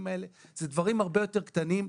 האלה אלא אלה דברים הרבה יותר קטנים,